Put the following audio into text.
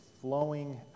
flowing